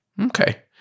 Okay